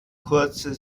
kurze